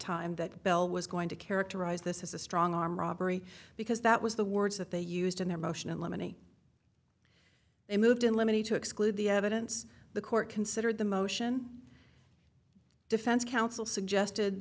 time that bell was going to characterize this as a strong arm robbery because that was the words that they used in their motion and lemony they moved in lemony to exclude the evidence the court considered the motion defense counsel suggested